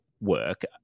work